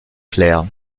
clair